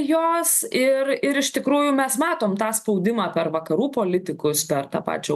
jos ir ir iš tikrųjų mes matom tą spaudimą per vakarų politikus per tą pačią